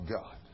God